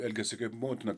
elgiasi kaip motina